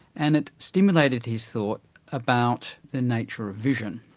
and it stimulated his thought about the nature of vision,